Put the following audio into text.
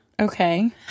Okay